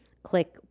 click